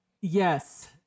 Yes